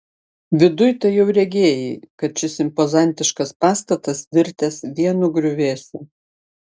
viduj tai jau regėjai kad šis impozantiškas pastatas virtęs vienu griuvėsiu